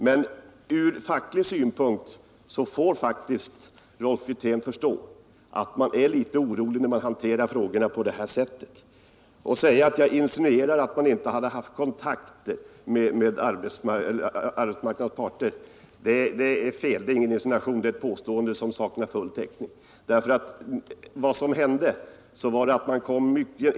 Men Rolf Wirtén får faktiskt förstå att man på fackligt håll är litet orolig när frågorna hanteras på det här sättet. Rolf Wirtén säger att jag insinuerar att man inte hade haft kontakt med arbetsmarknadens parter. Men det är ingen insinuation, det är ett påstående som har full täckning.